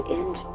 end